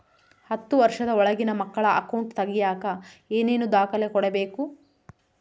ಹತ್ತುವಷ೯ದ ಒಳಗಿನ ಮಕ್ಕಳ ಅಕೌಂಟ್ ತಗಿಯಾಕ ಏನೇನು ದಾಖಲೆ ಕೊಡಬೇಕು?